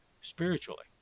spiritually